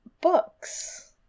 books